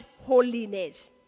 holiness